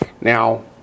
Now